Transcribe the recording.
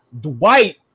Dwight